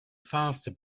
faster